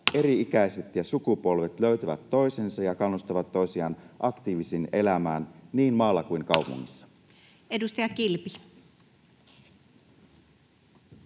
eri-ikäiset ja sukupolvet löytävät toisensa ja kannustavat toisiaan aktiiviseen elämään niin maalla kuin kaupungissa? Edustaja Kilpi.